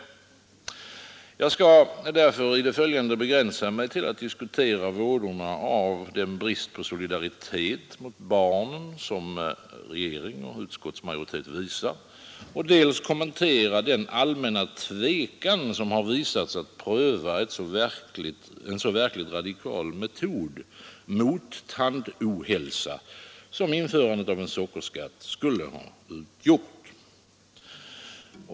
Jag skall därför i det följande begränsa mig till att dels diskutera vådorna av den brist på solidaritet mot barnen som regering och utskottsmajoritet visar, dels kommentera den allmänna tvekan som har visats att pröva en så verkligt radikal metod mot tandohälsa, som införandet av en sockerskatt skulle ha utgjort.